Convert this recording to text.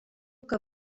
que